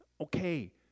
Okay